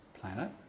planet